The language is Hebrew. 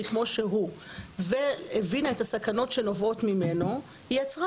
כמו שהוא והבינה את הסכנות שנובעות ממנו היא יצרה